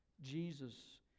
Jesus